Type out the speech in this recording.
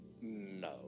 No